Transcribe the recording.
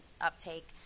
uptake